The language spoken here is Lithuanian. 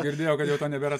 girdėjau kad jau ten nebėra